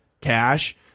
cash